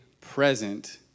present